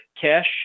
Cash